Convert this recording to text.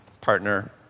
partner